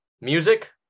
Music